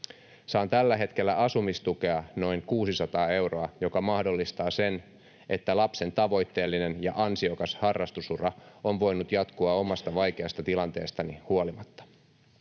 Saan tällä hetkellä asumistukea noin 600 euroa, joka mahdollistaa sen, että lapsen tavoitteellinen ja ansiokas harrastusura on voinut jatkua omasta vaikeasta tilanteestani huolimatta.